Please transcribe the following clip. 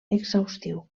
exhaustiu